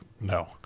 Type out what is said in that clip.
no